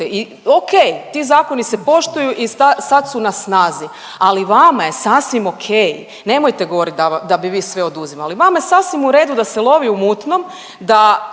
I okej, ti zakoni se poštuju i sad su na snazi, ali vama je sasvim okej, nemojte govorit da bi vi sve oduzimali, vama je sasvim u redu da se lovi u mutnom, da